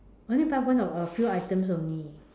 only buy one of uh few items only